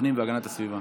ועדת הפנים והגנת הסביבה.